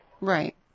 Right